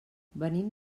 venim